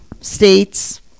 states